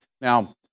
Now